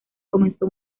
comenzó